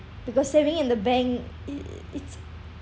because saving in the bank i~ it's